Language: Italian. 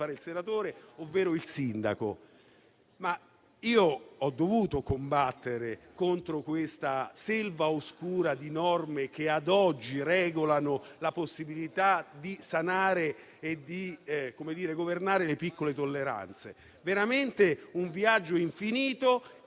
fare il senatore, ovvero il sindaco. Ho dovuto combattere contro questa selva oscura di norme che ad oggi regolano la possibilità di sanare e governare le piccole tolleranze. È veramente un viaggio infinito